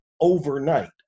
overnight